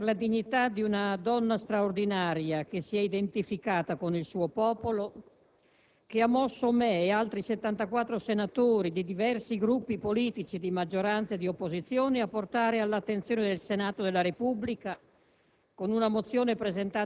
e il rispetto per la dignità di una donna straordinaria che si è identificata con il suo popolo che hanno mosso me e ad altri 74 senatori di diversi Gruppi politici di maggioranza e di opposizione a portare all'attenzione del Senato della Repubblica,